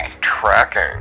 tracking